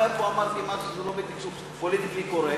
אולי פה אמרתי משהו שזה לא בדיוק פוליטיקלי קורקט,